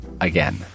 again